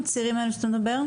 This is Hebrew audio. הצירים האלו שאתה מדבר עליהם?